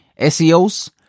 SEOs